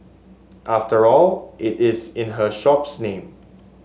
after all it is in her shop's name